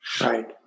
Right